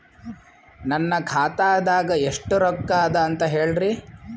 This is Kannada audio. ನನ್ನ ಖಾತಾದಾಗ ಎಷ್ಟ ರೊಕ್ಕ ಅದ ಅಂತ ಹೇಳರಿ?